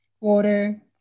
water